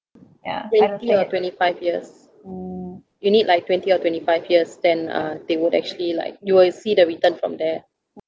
ya twenty or twenty five years you need like twenty or twenty five years then uh they would actually like you will see the return from there